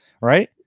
right